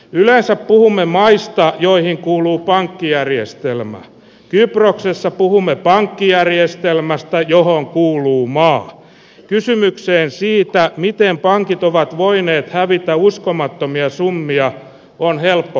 yleensä puumme maistaa joihin kuuluu pankkijärjestelmän kyproksessa puhumme pankkijärjestelmästä johon kuuluu maahan kysymykseen siitä miten pankit ovat voineet hävitä uskomattomia summia on helppo